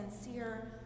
sincere